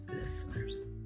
listeners